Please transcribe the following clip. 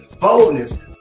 boldness